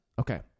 Okay